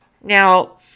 Now